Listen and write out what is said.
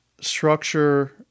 structure